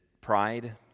pride